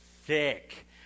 thick